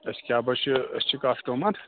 أسۍ کیٛاہ با چھِ أسۍ چھِ کسٹٕمر